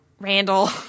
Randall